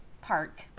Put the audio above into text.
Park